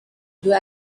due